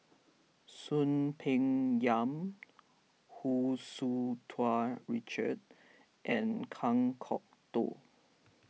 Soon Peng Yam Hu Tsu Tau Richard and Kan Kwok Toh